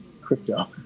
crypto